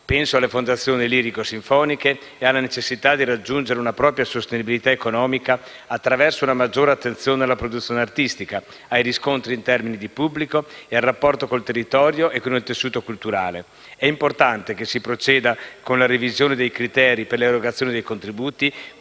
Penso alle fondazioni lirico-sinfoniche e alla necessità di raggiungere una propria sostenibilità economica attraverso una maggiore attenzione alla produzione artistica, ai riscontri in termini di pubblico e al rapporto col territorio e con il tessuto culturale. È importante che si proceda con la revisione dei criteri per l'erogazione dei contributi,